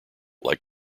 like